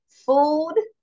Food